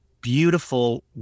beautiful